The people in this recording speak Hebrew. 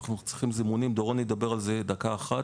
אנחנו צריכים זימונים ודורון ידבר על זה דקה אחת,